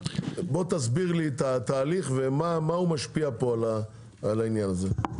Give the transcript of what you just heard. תסביר לי את התהליך ואיך הוא משפיע על העניין הזה.